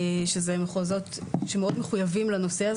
שהם מחוזות שמאוד מחויבים לנושא הזה